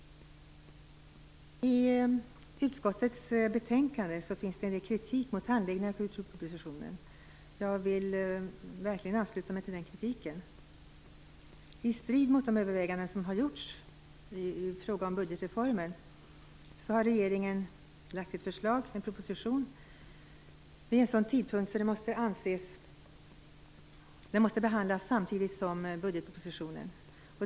I utskottets betänkande finns en del kritik mot handläggningen av kulturpropositionen. Jag vill verkligen ansluta mig till den kritiken. I strid mot de överväganden som har gjorts i fråga om budgetreformen har regeringen lagt fram ett förslag, en proposition, vid en sådan tidpunkt att den måste behandlas samtidigt som budgetpropositionen.